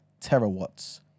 terawatts